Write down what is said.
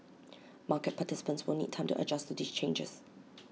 market participants will need time to adjust to these changes